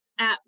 apps